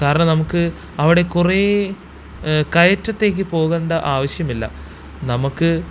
കാരണം നമുക്ക് അവിടെ കുറെ കയറ്റത്തേക്ക് പോകേണ്ട ആവശ്യം ഇല്ല നമുക്ക്